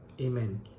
Amen